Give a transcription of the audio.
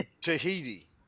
Tahiti